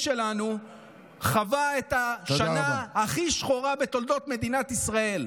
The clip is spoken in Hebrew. הביטחון האישי שלנו חווה את השנה הכי שחורה בתולדות מדינת ישראל.